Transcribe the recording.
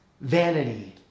vanity